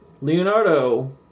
Leonardo